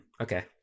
Okay